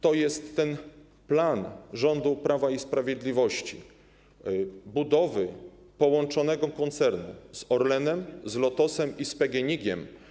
To jest ten plan rządu Prawa i Sprawiedliwości dotyczący budowy połączonego koncernu z Orlenem, z Lotosem i z PGNiG.